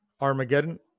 Armageddon